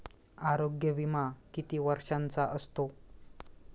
आरोग्य विमा किती वर्षांचा असतो?